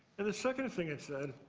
and the second thing it said,